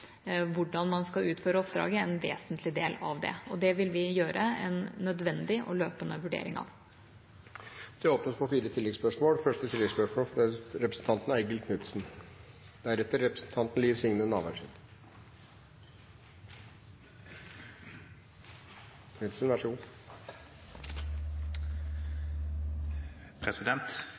hvordan man skal utføre oppdraget, en vesentlig del av det. Det vil vi gjøre en nødvendig og løpende vurdering av. Det åpnes for fire oppfølgingsspørsmål – først representanten Eigil Knutsen.